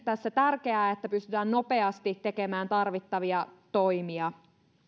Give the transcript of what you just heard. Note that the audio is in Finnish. tässä onkin tärkeää että pystytään nopeasti tekemään tarvittavia toimia